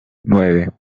nueve